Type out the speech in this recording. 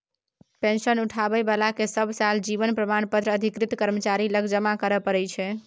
pension उठाबै बलाकेँ सब साल जीबन प्रमाण पत्र अधिकृत कर्मचारी लग जमा करय परय छै